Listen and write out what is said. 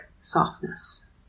softness